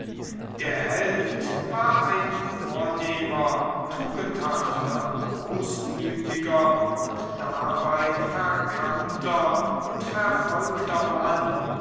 der held war ein vornehmer tugendhafter großmütiger und dabei verkannter und verfolgter mann